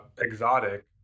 Exotic